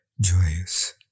joyous